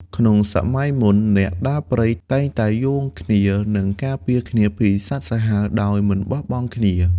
ក្នុងសម័យមុន អ្នកដើរព្រៃតែងតែយោងគ្នា និងការពារគ្នាពីសត្វសាហាវដោយមិនបោះបង់គ្នា។